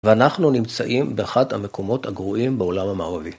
ואנחנו נמצאים באחד המקומות הגרועים בעולם המערבי.